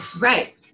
Right